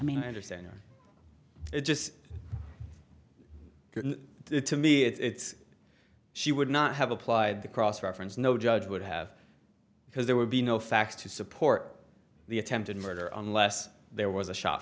mean i understand it just to me it's she would not have applied the cross reference no judge would have because there would be no facts to support the attempted murder unless there was a shot